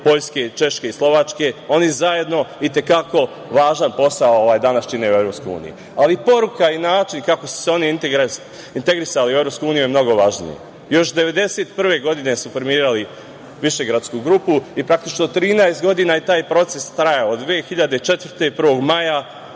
Poljske, Češke i Slovačke, oni zajedno i te kako važan posao danas čine u EU. Poruka i način kako su se oni integrisali u EU je mnogo važnija. Još 1991. godine su formirali Višegradsku grupu i 13 godina je taj proces trajao, od 2004. do 1. maja.